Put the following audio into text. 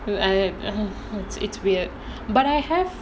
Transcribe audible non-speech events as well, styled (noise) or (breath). I (breath) it's weird but I have